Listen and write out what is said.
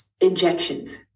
injections